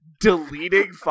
deleting